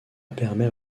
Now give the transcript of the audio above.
permet